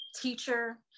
teacher